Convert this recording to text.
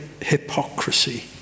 hypocrisy